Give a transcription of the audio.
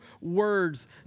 words